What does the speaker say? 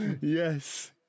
Yes